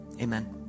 amen